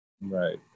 right